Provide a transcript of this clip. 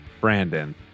Brandon